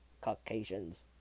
Caucasians